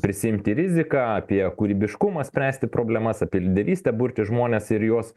prisiimti riziką apie kūrybiškumą spręsti problemas apie lyderystę burti žmones ir juos